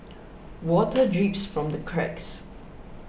water drips from the cracks